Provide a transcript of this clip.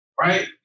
right